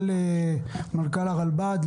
מנכ"ל הרלב"ד,